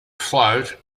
float